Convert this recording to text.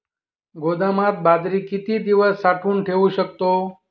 गोदामात बाजरी किती दिवस साठवून ठेवू शकतो?